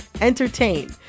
entertain